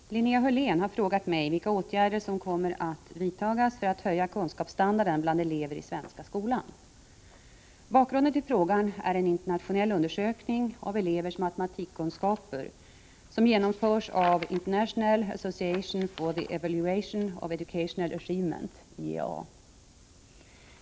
Herr talman! Linnea Hörlén har frågat mig vilka åtgärder som kommer att vidtagas för att höja kunskapsstandarden bland elever i den svenska skolan. Bakgrunden till frågan är en internationell undersökning av elevers matematikkunskaper som genomförts av International Association for the Evaluation of Educational Achievement .